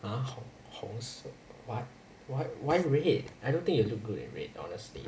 ah whole~ wholesome but why why red I don't think you look good in red honestly